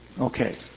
Okay